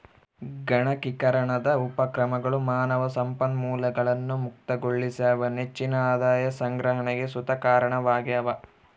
ಗಣಕೀಕರಣದ ಉಪಕ್ರಮಗಳು ಮಾನವ ಸಂಪನ್ಮೂಲಗಳನ್ನು ಮುಕ್ತಗೊಳಿಸ್ಯಾವ ಹೆಚ್ಚಿನ ಆದಾಯ ಸಂಗ್ರಹಣೆಗ್ ಸುತ ಕಾರಣವಾಗ್ಯವ